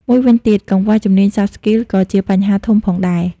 មួយវិញទៀត កង្វះជំនាញ Soft Skills ក៏ជាបញ្ហាធំផងដែរ។